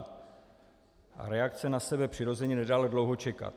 A reakce na sebe přirozeně nedala dlouho čekat.